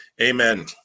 Amen